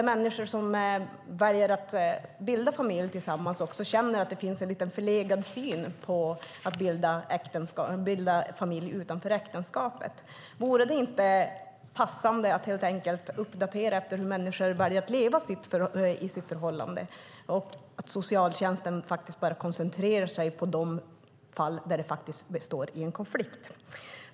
De människor som väljer att bilda familj tillsammans känner också att det finns en lite förlegad syn på att bilda familj utanför äktenskapet. Vore det inte passande att helt enkelt uppdatera efter hur människor väljer att leva i sina förhållanden och att socialnämnden bara koncentrerar sig på de fall där det faktiskt uppstår en konflikt?